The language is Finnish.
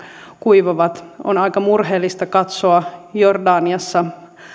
kuivuvat on aika murheellista katsoa jordaniassa